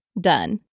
Done